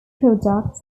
products